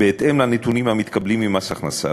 בהתאם לנתונים המתקבלים ממס הכנסה.